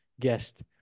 guest